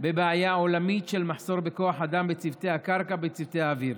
בבעיה עולמית של מחסור בכוח אדם בצוותי הקרקע ובצוותי האוויר,